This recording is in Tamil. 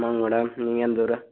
ஆமாங்க மேடம் நீங்கள் எந்த ஊர்